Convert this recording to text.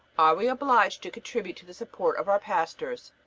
are we obliged to contribute to the support of our pastors?